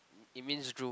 it means drool